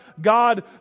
God